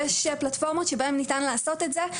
יש פלטפורמות בהן ניתן לעשות את זה.